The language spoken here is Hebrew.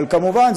אבל כמובן,